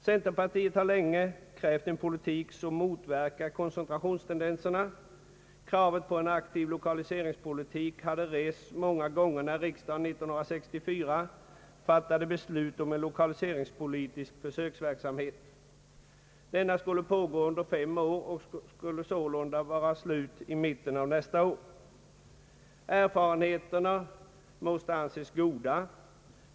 Centerpartiet har länge krävt en politik som motverkar koncentrationstendensen. Kravet på en aktiv lokaliseringspolitik hade rests många gånger, när riksdagen 1964 fattade beslut om en lokaliseringspolitisk försöksverksamhet. Denna skulle pågå under fem år och sålunda vara avslutad i mitten av nästa år. Erfarenheterna måste anses goda.